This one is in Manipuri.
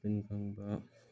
ꯈꯪꯕ